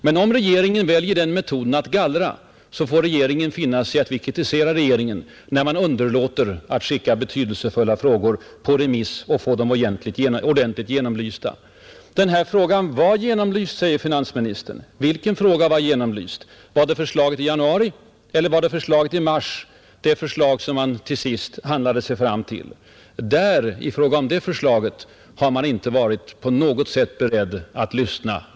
Men om regeringen väljer metoden att gallra, så får regeringen finna sig i att vi kritiserar när regeringen underlåter att skicka betydelsefulla frågor på remiss för att få dem ordentligt genomlysta. Den här frågan var genomlyst, sade finansministern. Vilken fråga var genomlyst — var det förslaget i januari eller var det förslaget i mars? I fråga om mars-förslaget har regeringen verkligen inte varit beredd att lyssna.